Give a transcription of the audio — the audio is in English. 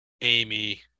amy